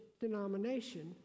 denomination